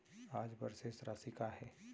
आज बर शेष राशि का हे?